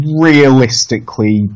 realistically